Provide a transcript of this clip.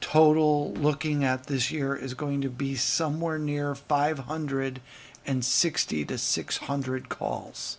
total looking at this year is going to be somewhere near five hundred and sixty to six hundred calls